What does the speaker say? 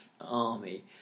army